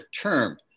term